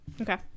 Okay